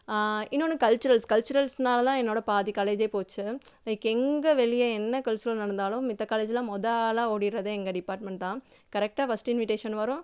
இன்னொன்னு கல்ச்சுரல்ஸ் கல்ச்சுரல்ஸ்னால் தான் என்னோடய பாதி காலேஜே போச்சு லைக் எங்கே வெளியே என்ன கல்ச்சுரல் நடந்தாலும் மத்த காலேஜெலாம் மொதல் ஆளாக ஓடிரறதே எங்கள் டிபார்ட்மெண்ட் தான் கரெக்டாக ஃபர்ஸ்டு இன்விடேஷன் வரும்